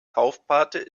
taufpate